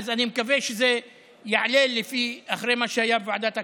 אני מקווה שזה יעלה אחרי מה שהיה בוועדת הכספים.